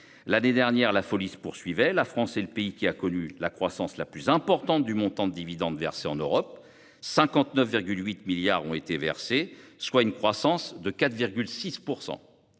L'année dernière, la folie se poursuivait. La France est le pays qui a connu la croissance la plus importante du montant de dividendes versés en Europe : 59,8 milliards d'euros, soit une croissance de 4,6 %.